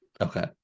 Okay